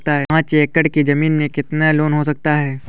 पाँच एकड़ की ज़मीन में कितना लोन हो सकता है?